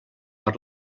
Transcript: per